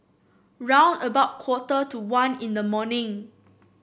round about quarter to one in the morning